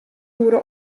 oere